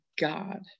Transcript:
god